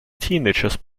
teenagers